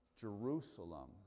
Jerusalem